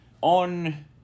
on